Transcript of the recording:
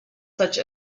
such